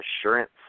assurance